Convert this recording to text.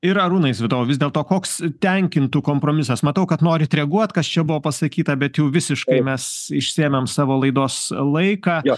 ir arūnai svitau vis dėl to koks tenkintų kompromisas matau kad norit reaguot kas čia buvo pasakyta bet jau visiškai mes išsiėmėm savo laidos laiką